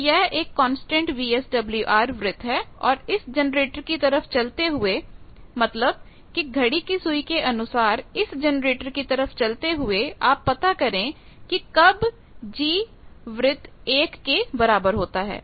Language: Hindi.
तो यह एक कांस्टेंट VSWR वृत्त है और इस जनरेटर की तरफ चलते हुए मतलबकि घड़ी की सुई के अनुसार इस जनरेटर की तरफ चलते हुए आप पता करें कि कब G वृत्त 1 के बराबर होता है